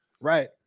Right